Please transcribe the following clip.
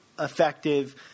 effective